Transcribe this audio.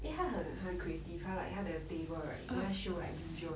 eh 他很很 creative 他 like 他的 table right then 他 show like video